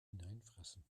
hineinfressen